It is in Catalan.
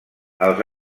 als